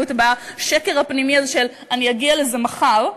בשקר הפנימי הזה של "אני אגיע לזה מחר".